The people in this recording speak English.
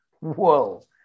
Whoa